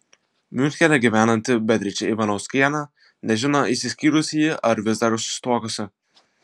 miunchene gyvenanti beatričė ivanauskienė nežino išsiskyrusi ji ar vis dar susituokusi